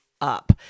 up